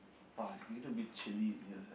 !wah! it's getting a bit chilly in here sia